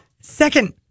second